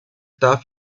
darf